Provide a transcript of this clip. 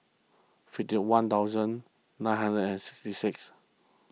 fifty one thousand nine hundred and sixty six